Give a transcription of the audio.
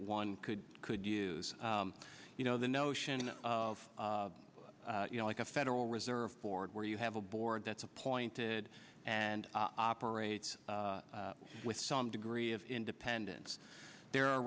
one could could use you know the notion of you know like a federal reserve board where you have a board that's appointed and operates with some degree of independence there are